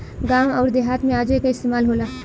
गावं अउर देहात मे आजो एकर इस्तमाल होला